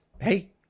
hey